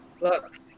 Look